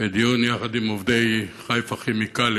בדיון עם עובדי "חיפה כימיקלים",